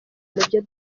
mubyo